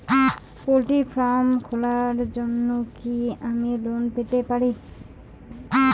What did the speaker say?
Poultry farm খোলার জন্য কি আমি লোন পেতে পারি?